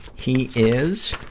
he is,